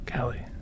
Callie